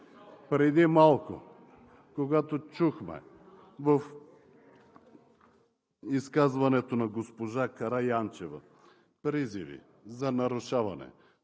Преди малко, когато чухме в изказването на госпожа Караянчева призиви за нарушаване